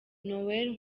noel